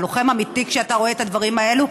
שאתה לוחם אמיתי כשאתה רואה את הדברים האלה.